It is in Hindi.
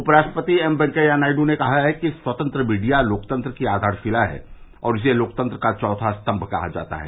उपराष्ट्रपति एम वेंकैया नायडू ने कहा है कि स्वतंत्र मीडिया लोकतंत्र की आधारशिला है और इसे लोकतंत्र का चौथा स्तंभ कहा जाता है